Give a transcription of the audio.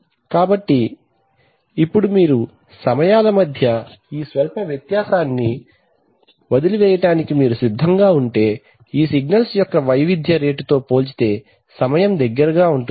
కాబట్టి ఇప్పుడు మీరు సమయాల మధ్య ఈ స్వల్ప వ్యత్యాసాన్ని వదిలివేయటానికి మీరు సిద్ధంగా ఉంటే ఈ సిగ్నల్స్ యొక్క వైవిధ్య రేటుతో పోల్చితే సమయం దగ్గరగా ఉంటుంది